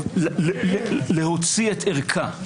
להוציא את ערכה.